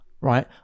right